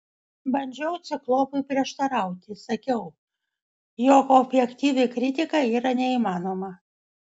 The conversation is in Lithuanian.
bandžiau ciklopui prieštarauti sakiau jog objektyvi kritika yra neįmanoma